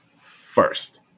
first